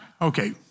Okay